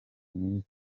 mwiza